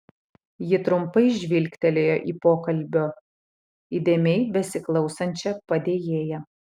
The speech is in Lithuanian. ji trumpai žvilgtelėjo į pokalbio įdėmiai besiklausančią padėjėją